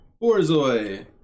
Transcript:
Borzoi